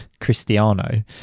Cristiano